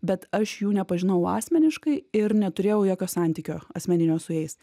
bet aš jų nepažinojau asmeniškai ir neturėjau jokio santykio asmeninio su jais